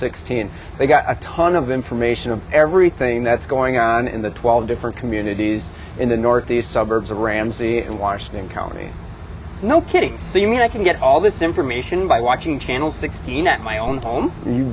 and they've got a ton of information of everything that's going on in the twelve different communities in the northeast suburbs of ramsey and washington county no kidding you mean i can get all this information by watching channel sixteen at my own home you